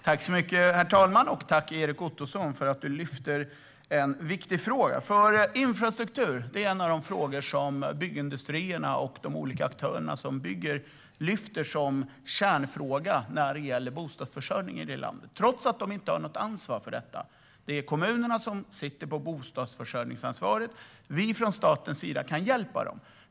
Herr talman! Tack, Erik Ottoson, för att du lyfter upp en viktig fråga! Infrastruktur är en av de frågor som byggindustrierna och de olika aktörerna som bygger lyfter fram som en kärnfråga när det gäller bostadsförsörjningen i landet, trots att de inte har något ansvar för detta. Det är kommunerna som sitter på bostadsförsörjningsansvaret, och vi från statens sida kan hjälpa dem.